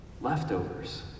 Leftovers